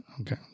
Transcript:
okay